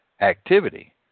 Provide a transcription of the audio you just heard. activity